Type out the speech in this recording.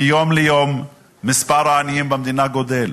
מיום ליום מספר העניים במדינה גדל.